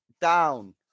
down